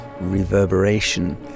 reverberation